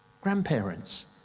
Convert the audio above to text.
grandparents